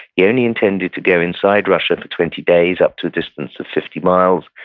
he only intended to go inside russia for twenty days, up to a distance of fifty miles.